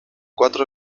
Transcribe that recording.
cuatro